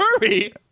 hurry